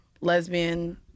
lesbian